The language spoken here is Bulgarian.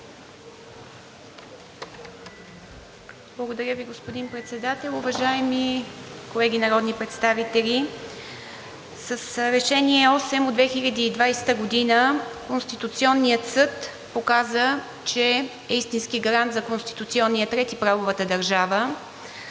Благодаря Ви, господин Председател. Уважаеми колеги народни представители! С Решение № 8 от 2022 г. Конституционният съд показа, че е истински гарант за конституционния ред и правовата държава.